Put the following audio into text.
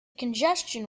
congestion